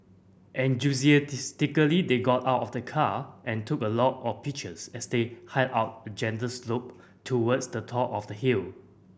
they got out of the car and took a lot of pictures as they hiked up a gentle slope towards the top of the hill